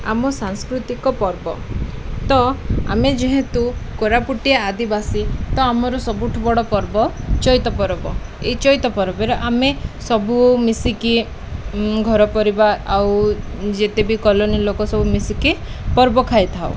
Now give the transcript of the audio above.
ଆମ ସାଂସ୍କୃତିକ ପର୍ବ ତ ଆମେ ଯେହେତୁ କୋରାପୁଟିଆ ଆଦିବାସୀ ତ ଆମର ସବୁଠୁ ବଡ଼ ପର୍ବ ଚଇତ ପରବ ଏଇ ଚଇତ ପରବରେ ଆମେ ସବୁ ମିଶିକି ଘର ପରିବାର ଆଉ ଯେତେବି କଲୋନୀ ଲୋକ ସବୁ ମିଶିକି ପର୍ବ ଖାଇଥାଉ